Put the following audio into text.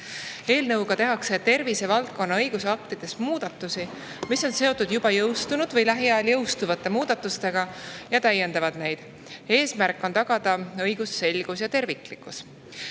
Eelnõuga tehakse tervisevaldkonna õigusaktides muudatusi, mis on seotud juba jõustunud või lähiajal jõustuvate muudatustega, täiendatakse neid. Eesmärk on tagada õigusselgus ja terviklikkus.